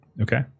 Okay